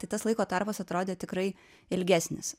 tai tas laiko tarpas atrodė tikrai ilgesnis